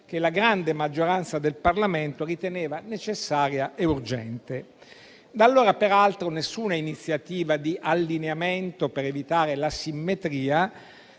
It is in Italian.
che la grande maggioranza del Parlamento riteneva necessaria e urgente. Da allora, peraltro, nessuna iniziativa di allineamento per evitare l'asimmetria